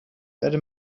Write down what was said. werde